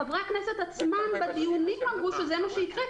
חברי הכנסת עצמם אמרו בדיונים שזה מה שיקרה,